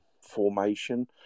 formation